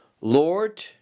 lord